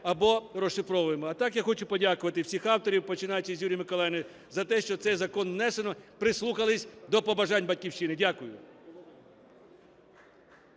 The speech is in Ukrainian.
або розшифровуємо. А так я хочу подякувати всіх авторів, починаючи з Юлії Миколаївни, за те, що цей закон внесено, прислухались до побажань "Батьківщини". Дякую.